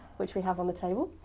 which we have on the table,